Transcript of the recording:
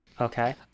Okay